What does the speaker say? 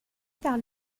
par